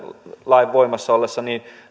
lain voimassa ollessa